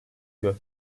göç